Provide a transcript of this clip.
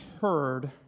heard